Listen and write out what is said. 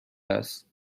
است